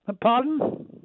Pardon